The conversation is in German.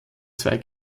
zwei